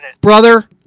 Brother